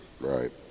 Right